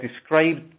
described